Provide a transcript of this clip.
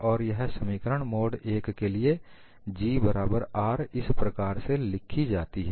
और यह समीकरण मोड I के लिए G बराबर R इस प्रकार से लिखी जाती है